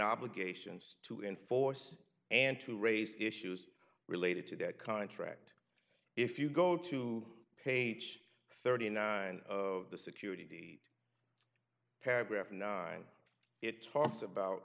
obligations to enforce and to raise issues related to that contract if you go to page thirty nine of the security paragraph nine it talks about